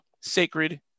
sacred